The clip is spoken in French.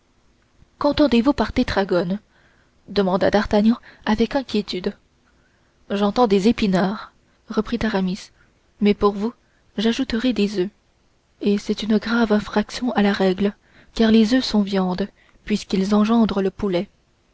qu'entendez-vous par tétragones demanda d'artagnan avec inquiétude j'entends des épinards reprit aramis mais pour vous j'ajouterai des oeufs et c'est une grave infraction à la règle car les oeufs sont viande puisqu'ils engendrent le poulet